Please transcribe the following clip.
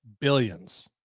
billions